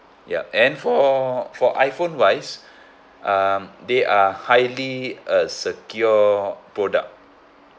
yup and for for iphone wise um they are highly a secure product